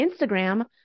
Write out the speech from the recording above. Instagram